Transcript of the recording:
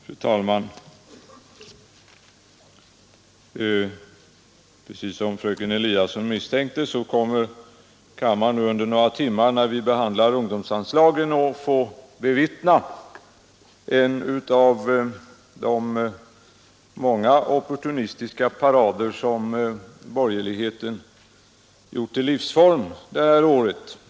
Fru talman! Precis som fröken Eliasson misstänkte kommer kammaren nu under några timmar, när vi behandlar anslagen till ungdomsverksamheten, att få bevittna en av de många opportunistiska parader som borgerligheten gjort till sin livsform detta år.